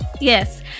yes